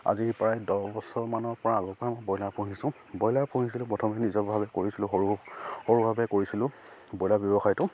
আজি প্ৰায় দহ বছৰমানৰ পৰা আগৰ পৰাই মই ব্ৰইলাৰ পুহিছোঁ ব্ৰইলাৰ পুহিছিলোঁ প্ৰথমে নিজৰভাৱে কৰিছিলোঁ সৰু সৰুভাৱে কৰিছিলোঁ ব্ৰইলাৰ ব্যৱসায়টো